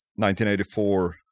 1984